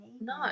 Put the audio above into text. No